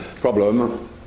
problem –